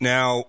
Now